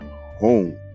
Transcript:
home